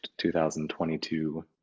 2022